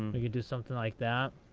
and we could do something like that.